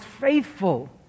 faithful